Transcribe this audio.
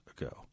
ago